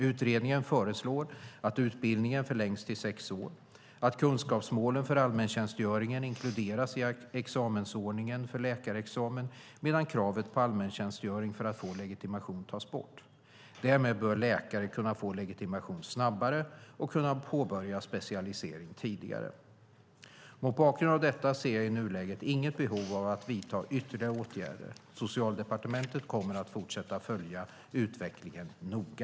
Utredningen föreslår att utbildningen förlängs till sex år, att kunskapsmålen för allmäntjänstgöringen inkluderas i examensordningen för läkarexamen medan kravet på allmäntjänstgöringen för att få legitimation tas bort. Därmed bör läkare kunna få legitimation snabbare och påbörja specialisering tidigare. Mot bakgrund av detta ser jag i nuläget inget behov av att vidta ytterligare åtgärder. Socialdepartementet kommer att fortsätta följa utvecklingen noga.